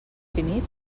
finit